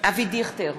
אבי דיכטר,